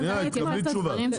אתייחס.